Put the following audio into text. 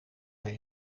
hij